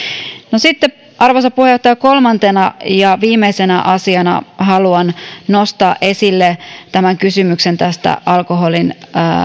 sitten arvoisa puheenjohtaja kolmantena ja viimeisenä asiana haluan nostaa esille kysymyksen alkoholin